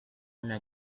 una